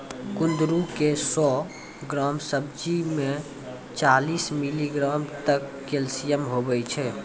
कुंदरू के सौ ग्राम सब्जी मे चालीस मिलीग्राम तक कैल्शियम हुवै छै